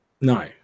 No